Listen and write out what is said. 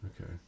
Okay